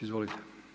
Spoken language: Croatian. Izvolite.